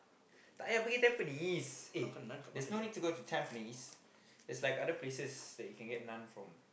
tak payah pergi Tampines eh there's no need to go Tampines there's like other places that you can get naan from